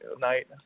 night